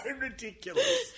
ridiculous